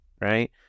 right